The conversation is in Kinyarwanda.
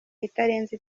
itarenze